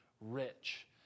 rich